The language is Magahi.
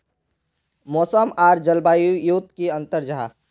मौसम आर जलवायु युत की अंतर जाहा?